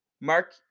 Mark